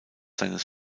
seines